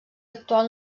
actual